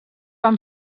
han